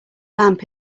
lamp